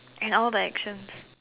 and all the actions